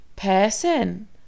person